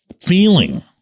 feeling